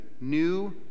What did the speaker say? New